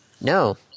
No